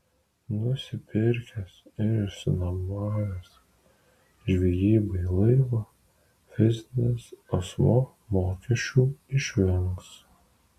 nusipirkęs ir išnuomojęs žvejybai laivą fizinis asmuo mokesčių išvengs